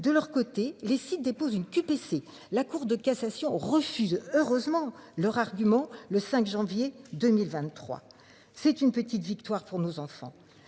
De leur côté les sites dépose une QPC, la Cour de cassation refuse heureusement leur argument, le 5 janvier 2023. C'est une petite victoire pour nos enfants